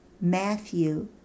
Matthew